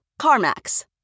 CarMax